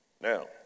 Now